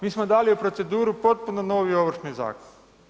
Mi smo dali u proceduru potpuno novi Ovršni zakon.